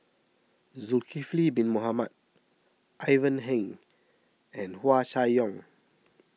Zulkifli Bin Mohamed Ivan Heng and Hua Chai Yong